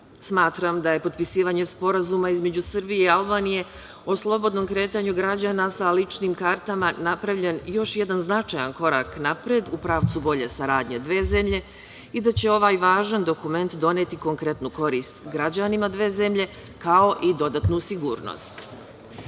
kartu. Smatram da je potpisivanje Sporazuma između Srbije i Albanije o slobodnom kretanju građana sa ličnim kartama napravljen još jedan značajan korak napred, a u pravcu bolje saradnje dve zemlje i da će ovaj važan dokument doneti konkretnu korist građanima dve zemlje, kao i dodatnu sigurnost. Što